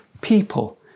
People